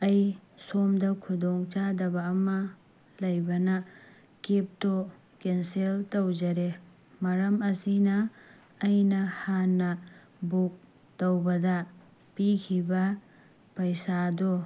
ꯑꯩ ꯁꯣꯝꯗ ꯈꯨꯗꯣꯡ ꯆꯥꯗꯕ ꯑꯃ ꯂꯩꯕꯅ ꯀꯦꯕꯇꯣ ꯀꯦꯟꯁꯦꯜ ꯇꯧꯖꯔꯦ ꯃꯔꯝ ꯑꯁꯤꯅ ꯑꯩꯅ ꯍꯥꯟꯅ ꯕꯨꯛ ꯇꯧꯕꯗ ꯄꯤꯈꯤꯕ ꯄꯩꯁꯥꯗꯣ